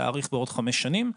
על מנת להאריך בעוד חמש שנים.